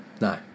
No